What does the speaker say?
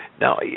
Now